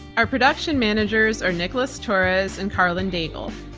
our production managers are nicholas torres and karlyn daigle.